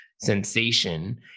sensation